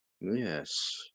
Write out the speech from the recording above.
Yes